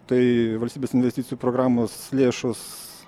tai valstybės investicijų programos lėšos